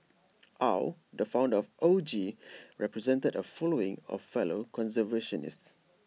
aw the founder of O G represented A following of fellow conservationists